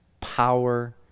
power